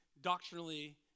doctrinally